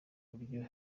buryo